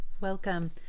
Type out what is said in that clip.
Welcome